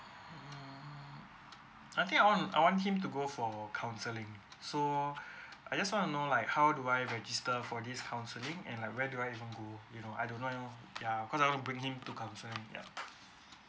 mm I think I want I want him to go for counseling so I just want to know like how do I register for this counseling and like where do I even go you know I don't know ya cause I want to bring him to counselling yup